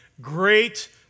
great